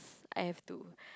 I have to